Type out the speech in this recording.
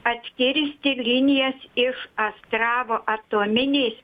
atkirsti linijas iš astravo atominės